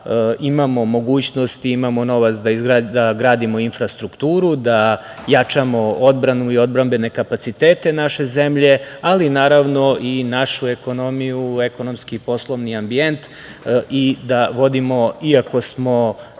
imamo mogućnost i imamo novac da gradimo infrastrukturu, da jačamo odbranu i odbrambene kapacitete naše zemlje, ali, naravno, i našu ekonomiju u ekonomski i poslovni ambijent i da vodimo, iako smo